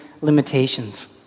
limitations